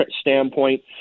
standpoint